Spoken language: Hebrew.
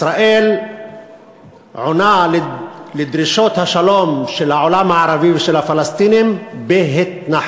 ישראל עונה על דרישות השלום של העולם הערבי ושל הפלסטינים בְּהתנחלויות.